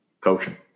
Coaching